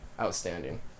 outstanding